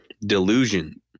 delusion